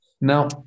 now